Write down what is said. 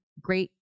great